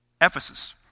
Ephesus